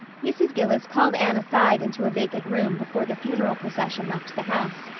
mrs. gillis called anne aside into a vacant room before the funeral procession left the house,